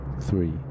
three